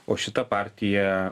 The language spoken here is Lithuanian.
o šita partija